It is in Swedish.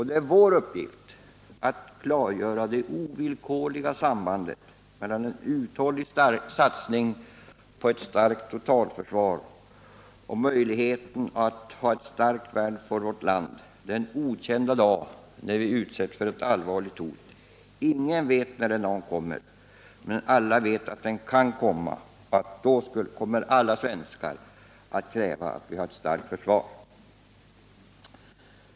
Det är vår uppgift att klargöra det ovillkorliga sambandet mellan en uthållig satsning på ett starkt totalförsvar och möjligheten att ha ett starkt värn för vårt land den okända dag när vi utsätts för ett allvarligt hot. Ingen vet när den dagen kommer. Men alla vet att den kan komma och att då alla svenskar kommer att kräva ett starkt försvar.